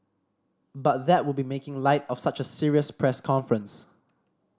but that would be making light of such a serious press conference